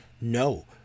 no